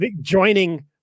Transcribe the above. Joining